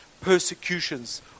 persecutions